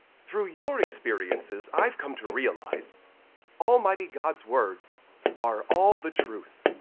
through your experiences, i've come to realize almighty god's words are all the truth,